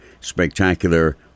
spectacular